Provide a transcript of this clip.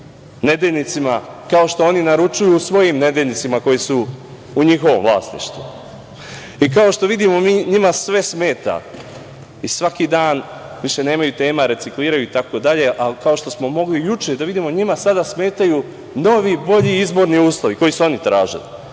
nedeljnicima, kao što oni naručuju u svojim nedeljnicima koji su u njihovom vlasništvu. Kao što vidimo, njima sve smeta i svaki dan više nemaju tema, recikliraju ih itd, ali kao što smo mogli juče da vidimo njima sada smetaju novi, bolji izborni uslovi koje su oni tražili,